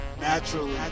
naturally